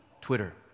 Twitter